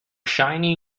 shiny